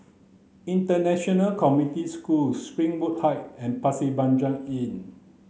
International Community School Springwood Height and Pasir Panjang Inn